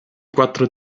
quattro